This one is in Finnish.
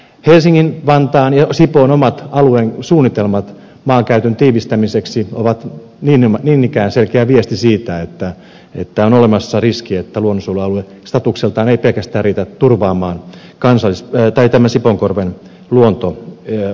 helsingin vantaan ja sipoon omat aluesuunnitelmat maankäytön tiivistämiseksi ovat niin ikään selkeä viesti siitä että on olemassa riski että luonnonsuojelualue ei pelkästään riitä statuksellaan turvaamaan sipoonkorven luonto olosuhteita